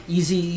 Easy